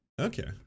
Okay